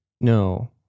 No